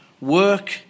work